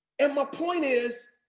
and my point is,